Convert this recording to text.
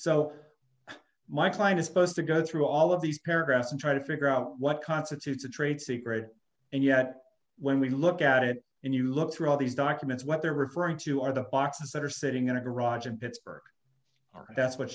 so my client is supposed to go through all of these paragraphs and try to figure out what constitutes a trade secret and yet when we look at it and you look through all these documents what they're referring to are the boxes that are sitting in a garage in pittsburgh or that's what